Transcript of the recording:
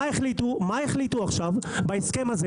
מה החליטו בהסכם הזה?